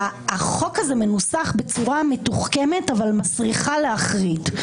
החוק הזה מנוסח בצורה מתוחכמת אבל מסריחה להחריד.